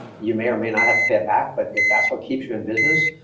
you may or may not have to pay it back. but if that's what keeps you in business,